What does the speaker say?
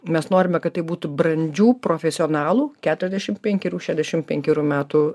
mes norime kad tai būtų brandžių profesionalų keturiasdešim penkerių šešiasdešim penkerių metų